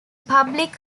public